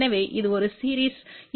எனவே இது ஒரு சீரிஸ் இம்பெடன்ஸ்